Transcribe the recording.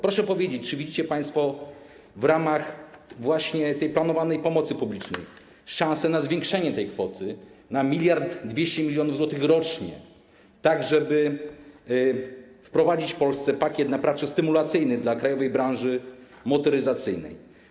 Proszę powiedzieć: Czy widzicie państwo w ramach właśnie tej planowanej pomocy publicznej szansę na zwiększenie tej kwoty na 1200 mln zł rocznie, tak żeby wprowadzić w Polsce pakiet naprawczy stymulacyjny dla krajowej branży motoryzacyjnej?